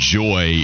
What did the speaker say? joy